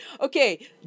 Okay